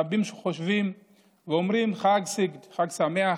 רבים חושבים ואומרים, חג סיגד, חג שמח,